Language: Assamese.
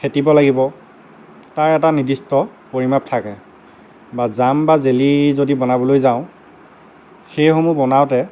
ফেটিব লাগিব তাৰ এটা নিৰ্দিষ্ট পৰিমাপ থাকে বা জাম বা জেলি যদি বনাবলৈ যাওঁ সেইসমূহ বনাওঁতে